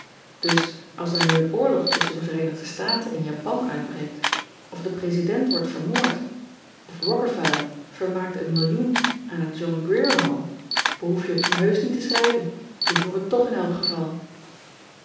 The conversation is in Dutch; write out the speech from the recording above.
us als er nu een oorlog tusschen de ereenigde taten en apan uitbreekt of de resident wordt vermoord of ockefeller vermaakt een millioen aan het ohn rier ome behoef je het me heusch niet te schrijven k hoor het toch in elk geval